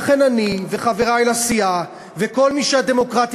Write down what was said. לכן אני וחברי לסיעה וכל מי שהדמוקרטיה